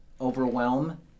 overwhelm